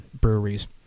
breweries